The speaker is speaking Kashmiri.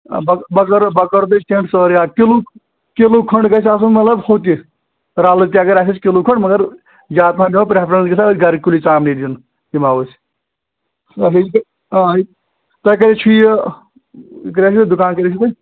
بَغٲرٕ حظ بَغٲرٕ گَژھِ تَمہِ سورُے آ کِلوٗ کِلوٗ کھَنٛڈ گَژھِ آسُن مَگر ہُہ تہِ رَلہٕ تہِ اگر آسٮ۪س کِلوٗ کھٔنٛڈ مگر یا گَرکُلی ژامنٕے نِنۍ نِمَو أسۍ آ تۄہہِ کَتٮ۪تھ چھُ یہِ یہِ کتٮ۪ن چھُ تۄہہِ دُکان کَتٮ۪ن چھُ تۄہہِ